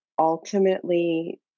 ultimately